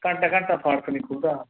ਘੰਟਾ ਘੰਟਾ ਫਾਟਕ ਨਹੀਂ ਖੁੱਲ੍ਹਦਾ